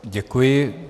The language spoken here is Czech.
Děkuji.